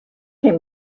can